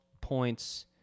points